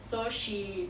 so she